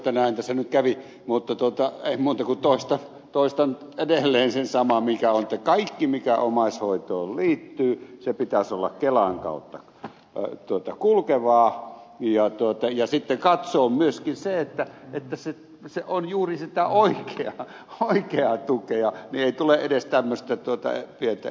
näin tässä nyt kävi mutta ei muuta kuin toistan edelleen sen saman että kaiken mikä omaishoitoon liittyy sen pitäisi olla kelan kautta kulkevaa ja sitten tulisi katsoa myöskin se että se on juuri sitä oikeaa tukea niin ei tule edes tämmöistä pientä esittelyfibaa